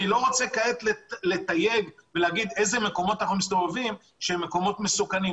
אני לא רוצה עכשיו לתייג את המקומות המסוכנים שבהם אנחנו מסתובבים.